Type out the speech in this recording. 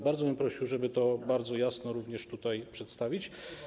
Bardzo bym prosił, żeby to bardzo jasno również tutaj przedstawić.